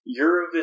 Eurovision